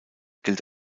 gilt